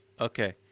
Okay